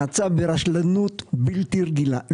נעשה ברשלנות בלתי רגילה.